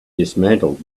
dismantled